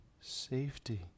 Safety